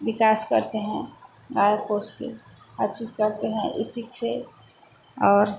विकास करते हैं गाय पोस के हर चीज करते हैं इसी से और